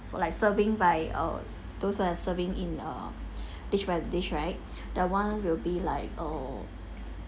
like serving by uh those are serving in uh dish by the dish right that one will be like oh